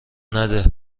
نده